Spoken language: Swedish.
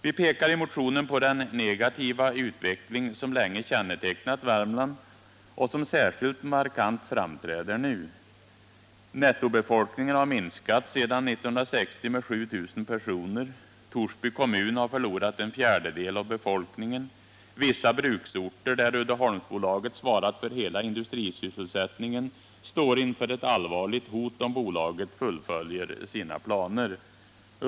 Vi pekar i motionen på den negativa utveckling som länge kännetecknat Värmland och som särskilt markant framträder nu. Nettobefolkningen har minskat sedan 1960 med 7 000 personer. Torsby kommun har förlorat en fjärdedel av befolkningen. Vissa bruksorter, där Uddeholmsbolaget svarat för hela industrisysselsättningen, står inför ett allvarligt hot om bolaget fullföljer sina planer.